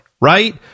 right